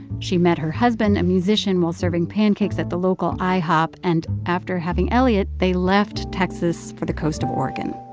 she met her husband, a musician, while serving pancakes at the local ihop. and after having elliott, they left texas for the coast of oregon.